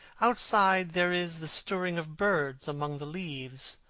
outside, there is the stirring of birds among the leaves,